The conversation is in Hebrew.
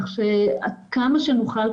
כך שעד כמה שנוכל,